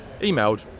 Emailed